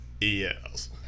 Yes